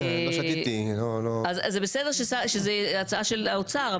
זה בסדר שזו הצעה של האוצר,